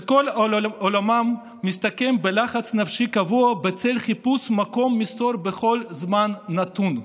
שכל עולמם מסתכם בלחץ נפשי קבוע בצל חיפוש מקום מסתור בכל זמן נתון.